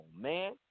man